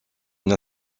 une